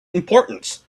importance